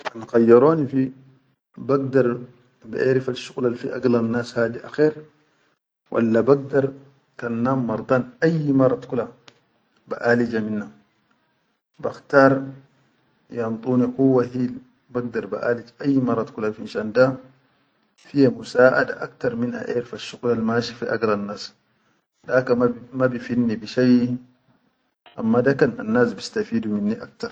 Kan khayyaroni fi bagdar baʼerifal shuqulal al fi agilan nas akher walla bagdar kan nam mardan ayyi marad kula, baʼalija minna bakhtar iyanduni kuwa hil bagdar baʼalij ayyi marat kula finshan da fiya musaʼada aktar min aʼerfal shuqulal mashi fi agilan nas da ka ma fid ni bi shai amma da kan annas bistafidu minni aktar.